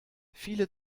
viele